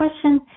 question